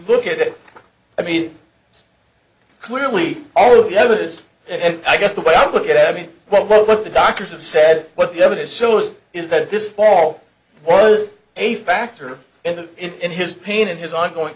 it i mean clearly all of the evidence and i guess the way i look at it i mean what what what the doctors have said what the evidence shows is that this fall was a factor in the in his pain and his ongoing